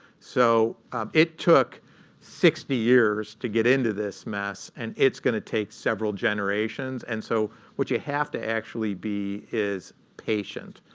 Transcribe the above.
so it took sixty years to get into this mess, and it's going to take several generations. and so what you have to actually be is patient.